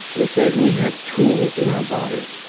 is that we have tools in our body,